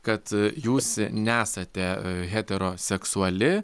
kad jūs nesate heteroseksuali